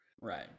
right